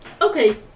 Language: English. Okay